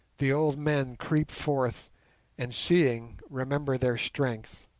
the old men creep forth and seeing remember their strength.